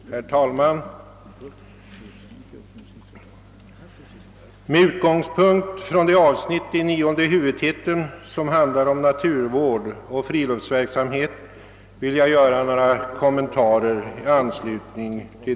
Herr talman! I anslutning till det avsnitt i nionde huvudtiteln, som handlar om naturvård och friluftsverksamhet, vill jag göra några kommentarer.